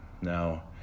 Now